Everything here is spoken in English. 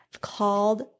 called